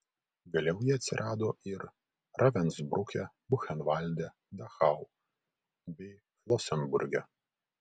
vėliau jie atsirado ir ravensbruke buchenvalde dachau bei flosenburge